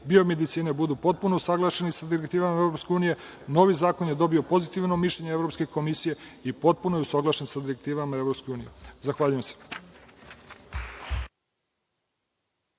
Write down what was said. biomedicine budu potpuno usaglašeni sa direktivama EU, novi zakon je dobio pozitivno mišljenje Evropske komisije i potpuno je usaglašen sa direktivama EU. Zahvaljujem se.